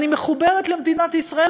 אני מחוברת למדינת ישראל,